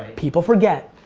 people forget,